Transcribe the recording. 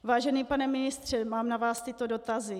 Vážený pane ministře, mám na vás tyto dotazy.